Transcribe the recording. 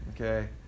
okay